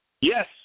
Yes